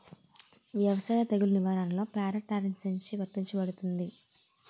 వ్యవసాయ తెగుళ్ల నిర్వహణలో పారాట్రాన్స్జెనిసిస్ఎ లా వర్తించబడుతుంది?